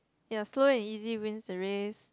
ya slow and easy wins the race